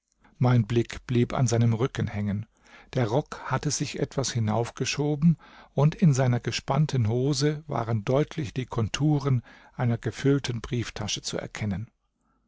mein blick blieb an seinem rücken hängen der rock hatte sich etwas hinaufgeschoben und in seiner gespannten hose waren deutlich die konturen einer gefüllten brieftasche zu erkennen